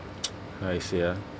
how I say ah